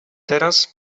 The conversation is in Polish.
teraz